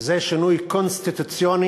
זה שינוי קונסטיטוציוני